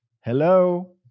Hello